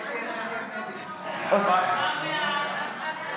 אוסנת הילה מארק,